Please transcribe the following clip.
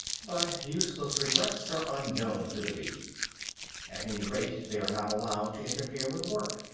but useless regrets are unknown to the bee at any rate, they are not allowed to interfere with work.